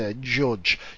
judge